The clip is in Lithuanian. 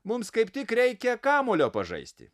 mums kaip tik reikia kamuolio pažaisti